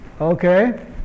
okay